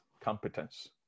competence